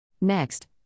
Next